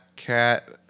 cat